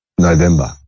November